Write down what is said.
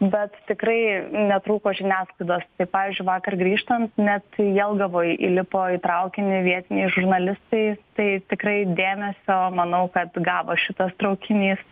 bet tikrai netrūko žiniasklaidos tai pavyzdžiui vakar grįžtant net jelgavoj įlipo į traukinį vietiniai žurnalistai tai tikrai dėmesio manau kad gavo šitas traukinys